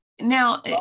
Now